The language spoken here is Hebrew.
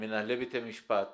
למנהלי בתי המשפט